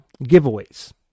Giveaways